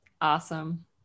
awesome